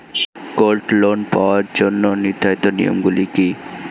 Gold loan পাওয়ার জন্য নির্ধারিত নিয়ম গুলি কি?